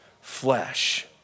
flesh